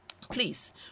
please